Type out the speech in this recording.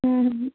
हम्म